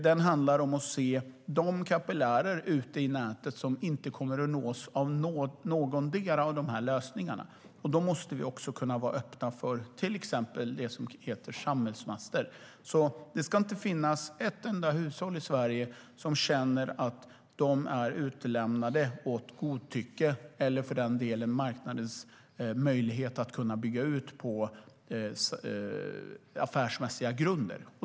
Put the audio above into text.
Den handlar om att se de kapillärer ute i nätet som inte kommer att nås av någon av dessa lösningar. Då måste vi också kunna vara öppna för till exempel det som heter samhällsmaster. Det ska alltså inte finnas ett enda hushåll i Sverige som känner att det är utlämnat åt godtycke, eller för den delen marknadens möjlighet att bygga ut på affärsmässiga grunder.